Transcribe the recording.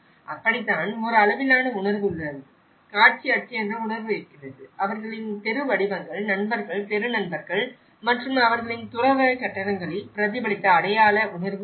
அப்படித்தான் ஒரு அளவிலான உணர்வு உள்ளது காட்சி அச்சு என்ற உணர்வு இருக்கிறது அவர்களின் தெரு வடிவங்கள் நண்பர்கள் தெரு நண்பர்கள் மற்றும் அவர்களின் துறவறக் கட்டடங்களில் பிரதிபலித்த அடையாள உணர்வு உள்ளது